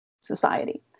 society